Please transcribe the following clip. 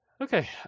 Okay